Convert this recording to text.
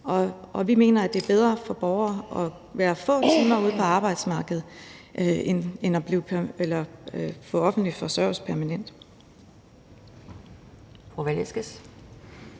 vi mener, at det er bedre for borgere at være få timer ude på arbejdsmarkedet end at få offentlig forsørgelse permanent.